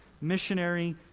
missionary